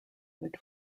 good